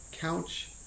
couch